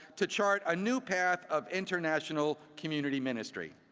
to chart a new path of international community ministry.